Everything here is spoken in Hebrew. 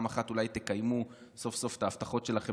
פעם אחת אולי תקיימו סוף-סוף את ההבטחות שלכם